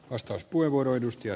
arvoisa puhemies